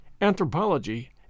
anthropology